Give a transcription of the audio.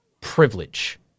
privilege